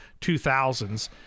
2000s